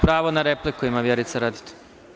Pravo na repliku ima Vjerica Radeta.